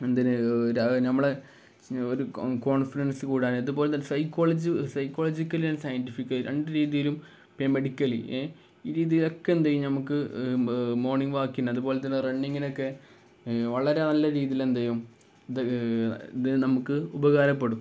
എന്തിന് നമ്മളെ ഒരു കോൺഫിഡൻസ് കൂടാന് അതുപോലെ തന്നെ സൈക്കോളജി സൈക്കോളജിക്കലി ആൻഡ് സയന്റിഫിക്കലി രണ്ടു രീതിയിലും പിന്നെ മെഡിക്കലി ഈ രീതിയിലൊക്കെ എന്തെയ്യും നമുക്ക് മോർണിംഗ് വാക്കിന് അതുപോലെ തന്നെ റണ്ണിങ്ങിനൊക്കെ വളരെ നല്ല രീതിലെന്തെയ്യും ഇത് ഇതു നമുക്ക് ഉപകാരപ്പെടും